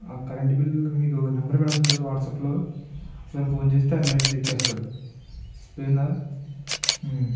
ఆ current bill మీకు number పెడుతా చూడండి వాట్సాప్లో మేము ఫోన్ చేస్తే ఆ మీటర్ తెచ్చేస్తాడు అర్థమైందా